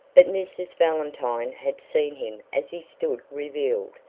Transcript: but mrs. valentine had seen him as he stood revealed,